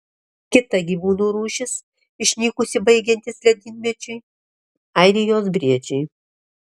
kita gyvūnų rūšis išnykusi baigiantis ledynmečiui airijos briedžiai